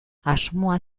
asmoa